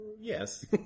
yes